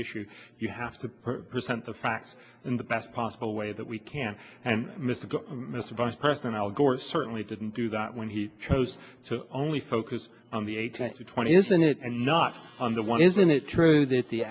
issue you have to present the facts in the best possible way that we can and mr mr vice president al gore certainly didn't do that when he chose to only focus on the eighteen to twenty isn't it and not on the one isn't it true that the